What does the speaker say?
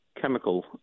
chemical